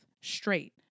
straight